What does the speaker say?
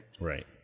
Right